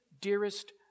dearest